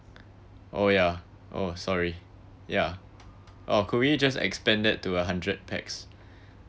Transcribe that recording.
oh ya oh sorry ya or could we just expand that to a hundred pax